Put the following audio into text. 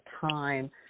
time